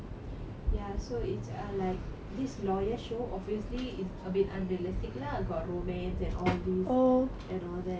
ya so it's err like this lawyer show obviously is a bit unrealistic lah got romance and all this and all that